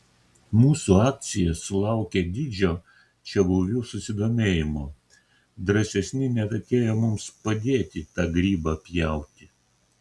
mūsų akcija sulaukė didžio čiabuvių susidomėjimo drąsesni net atėjo mums padėti tą grybą pjauti